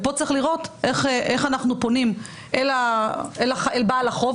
ופה צריך לראות איך אנחנו פונים אל בעל החוב,